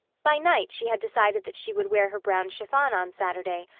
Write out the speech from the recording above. by night she had decided that she would wear her brown chiffon on saturday,